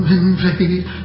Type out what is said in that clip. invade